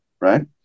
right